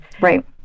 Right